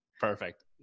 Perfect